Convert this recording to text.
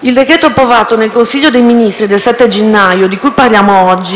Il decreto-legge approvato nel Consiglio dei ministri del 7 gennaio scorso che oggi